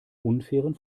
unfairen